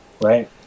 right